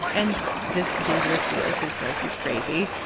but and so this dude with deals who says he's crazy,